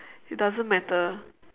it doesn't matter